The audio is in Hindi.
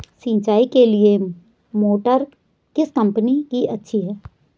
सिंचाई के लिए मोटर किस कंपनी की अच्छी है?